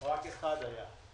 רק אחד היה.